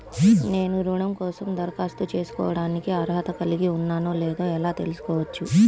నేను రుణం కోసం దరఖాస్తు చేసుకోవడానికి అర్హత కలిగి ఉన్నానో లేదో ఎలా తెలుసుకోవచ్చు?